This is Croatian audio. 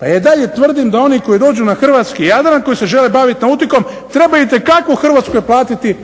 A ja i dalje tvrdim da oni koji dođu na hrvatski Jadran, koji se žele baviti nautikom trebaju itekako u Hrvatskoj platiti